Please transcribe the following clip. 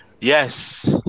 Yes